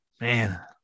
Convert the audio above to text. Man